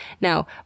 Now